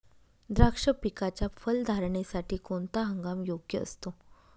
द्राक्ष पिकाच्या फलधारणेसाठी कोणता हंगाम योग्य असतो?